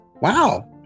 Wow